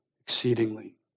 exceedingly